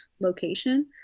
location